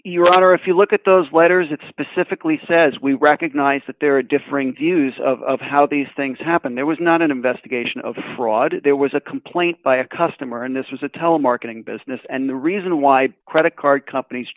honor if you look at those letters it specifically says we recognize that there are differing views of how these things happened there was not an investigation of fraud there was a complaint by a customer and this was a telemarketing business and the reason why credit card companies